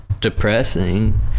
depressing